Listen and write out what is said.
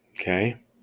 Okay